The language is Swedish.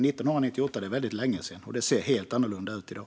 Det har gått lång tid sedan 1998, och det ser helt annorlunda ut i dag.